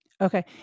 Okay